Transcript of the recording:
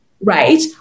right